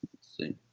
see